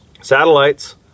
satellites